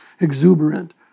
exuberant